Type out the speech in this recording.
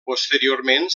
posteriorment